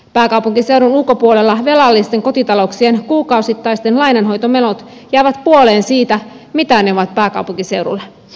pääkaupunkiseudun ulkopuolella velallisten kotitalouksien kuukausittaiset lainanhoitomenot jäävät puoleen siitä mitä ne ovat pääkaupunkiseudulla